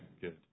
Good